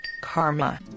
karma